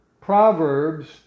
Proverbs